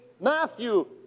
Matthew